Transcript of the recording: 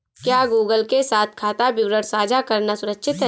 क्या गूगल के साथ खाता विवरण साझा करना सुरक्षित है?